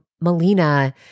Melina